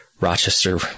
Rochester